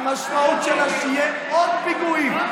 המשמעות שלה היא שיהיו עוד פיגועים,